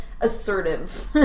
assertive